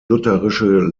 lutherische